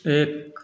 एक